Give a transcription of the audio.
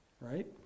right